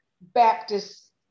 Baptist